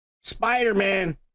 Spider-Man